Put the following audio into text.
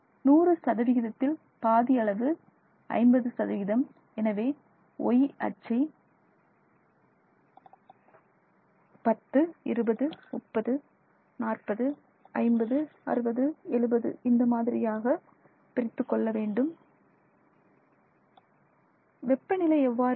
100 சதவிகிதத்தில் பாதி அளவு 50 எனவே Y அச்சை 10 20 30 40 50 60 70 இந்த மாதிரியாக பிரித்துக்கொள்ள வேண்டும் வெப்பநிலை எவ்வளவு உள்ளது